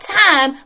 time